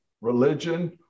religion